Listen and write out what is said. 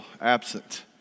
absent